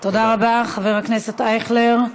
תודה רבה, חבר הכנסת אייכלר.